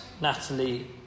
Natalie